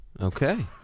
Okay